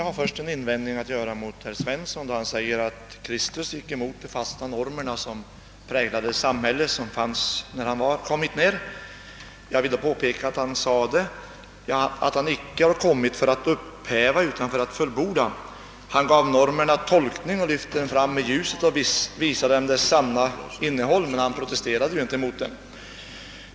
Herr talman! Herr Svensson i Kungälv sade att Kristus gick emot de fasta normer som präglade det samhälle som då fanns. Då vill jag påpeka att Jesus sa de, att han inte har kommit för att upphäva utan för att fullborda. Han gav normerna tolkning och lyfte dem fram i ljuset och visade deras sanna innehåll; han protesterade inte mot dem.